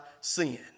sin